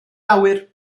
awyr